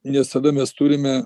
nes tada mes turime